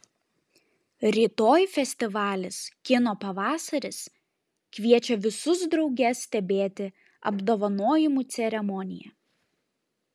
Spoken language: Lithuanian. rytoj festivalis kino pavasaris kviečia visus drauge stebėti apdovanojimų ceremoniją